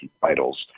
titles